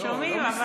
אבל שומעים.